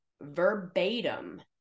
verbatim